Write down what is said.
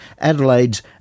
Adelaide's